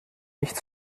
nicht